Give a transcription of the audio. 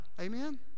Amen